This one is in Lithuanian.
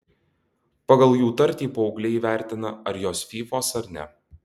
pagal jų tartį paaugliai įvertina ar jos fyfos ar ne